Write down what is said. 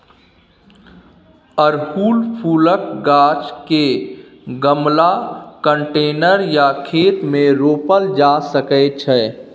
अड़हुल फुलक गाछ केँ गमला, कंटेनर या खेत मे रोपल जा सकै छै